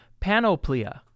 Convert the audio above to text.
panoplia